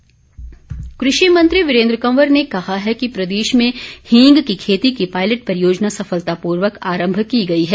वीरेन्द्र कंवर कृषि मंत्री वीरेन्द्र कंवर ने कहा है कि प्रदेश में हींग की खेती की पायलट परियोजना सफलतापूर्वक आरम्भ की गई है